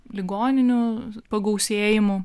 ligoninių pagausėjimu